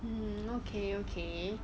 mm okay okay